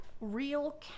real